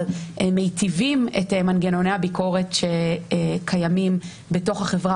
אבל מיטיבים את מנגנוני הביקורת שקיימים בתוך החברה